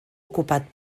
ocupat